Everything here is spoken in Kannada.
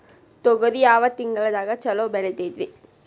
ತೊಗರಿ ಯಾವ ತಿಂಗಳದಾಗ ಛಲೋ ಬೆಳಿತೈತಿ?